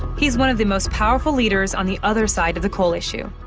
he's one of the most powerful leaders on the other side of the coal issue.